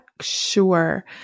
sure